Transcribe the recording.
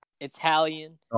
Italian